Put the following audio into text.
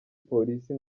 polisi